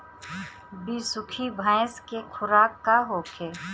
बिसुखी भैंस के खुराक का होखे?